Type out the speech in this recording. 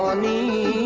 nice,